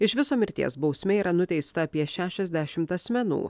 iš viso mirties bausme yra nuteista apie šešiasdešimt asmenų